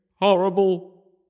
horrible